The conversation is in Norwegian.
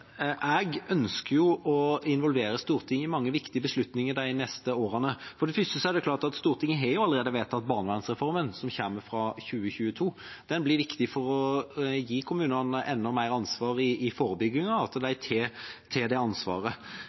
Jeg ønsker å involvere Stortinget i mange viktige beslutninger de neste årene. For det første er det klart at Stortinget allerede har vedtatt barnevernsreformen, som kommer fra 2022. Den blir viktig for å gi kommunene enda mer ansvar i forebygging – at de tar det ansvaret.